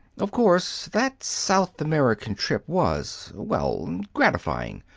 of course, that south american trip was well, gratifying.